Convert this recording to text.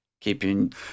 keeping